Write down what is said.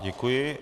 Děkuji.